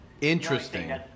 Interesting